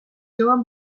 lloguen